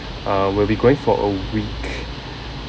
uh we'll be going for a week